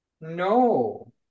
no